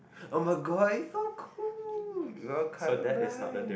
oh-my-god it is so cool you are color blind